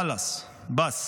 חלאס, באס.